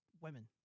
women